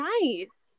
nice